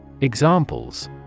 Examples